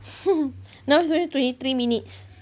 now it's only twenty three minutes